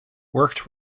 worked